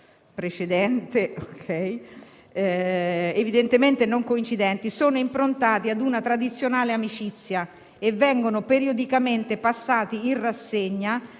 dei diritti umani evidentemente non coincidenti, sono improntati a una tradizionale amicizia e vengono periodicamente passati in rassegna